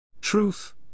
Truth